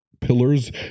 pillars